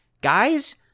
guys